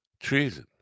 treason